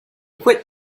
quit